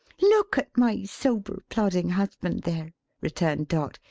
look at my sober, plodding husband there, returned dot.